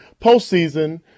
postseason